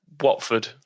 Watford